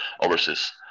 overseas